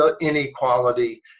inequality